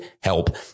help